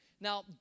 Now